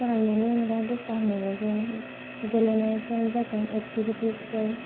फरायनायनि अनगा दस्रानिबो बे गेलेनायनिफ्राय जागोन एक्टिभिटिसफोर